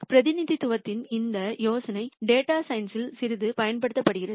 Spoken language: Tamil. எனவே பிரதிநிதித்துவத்தின் இந்த யோசனை டேட்டா சயின்ஸ்ல் சிறிது பயன்படுத்தப்படுகிறது